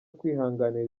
kwihanganira